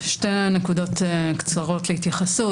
שתי נקודות קצרות להתייחסות.